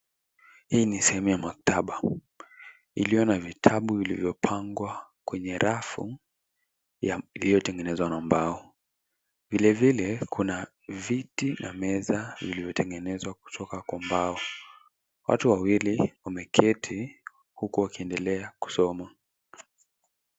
Hii ni sehemu ya maktaba, iliyo na vitabu vilivyopangwa kwenye rafu ya iliyotengenezwa na mbao. Vilevile kuna viti na meza iliyotengenezwa kutoka kwa mbao. Watu wawili wameketi huku wakiendelea kusoma.